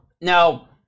Now